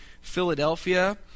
Philadelphia